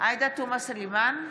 עאידה תומא סלימאן,